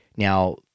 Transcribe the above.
Now